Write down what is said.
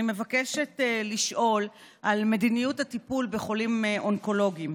אני מבקשת לשאול על מדיניות הטיפול בחולים אונקולוגיים.